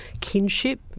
kinship